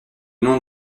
nom